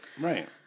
right